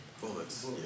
Bullets